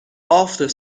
after